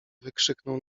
wykrzyknął